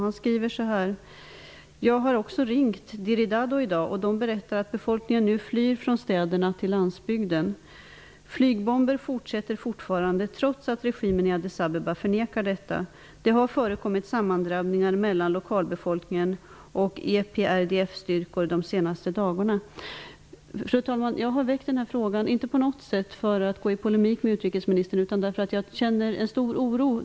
Han skriver: ''Jag har också ringt Diridado i dag och de bekräftar att befolkningen flyr från städer till landsbygden. Flygbomber fortsätter fortfarande trots att regimen i Addis Abbeba förnekar detta. Det har förekommit sammandrabbningar mellan lokalbefolkningen och EPRDFstyrkor de senaste dagarna.'' Fru talman! Jag har inte väckt denna fråga för att på något sätt gå i polemik med utrikesministern, utan därför att jag känner en stor oro.